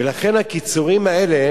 ולכן הקיצורים האלה,